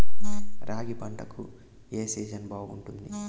రాగి పంటకు, ఏ సీజన్ బాగుంటుంది?